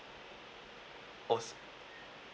oh